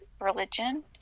religion